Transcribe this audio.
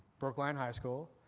brookline high school,